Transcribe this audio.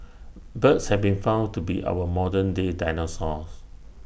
birds have been found to be our modern day dinosaurs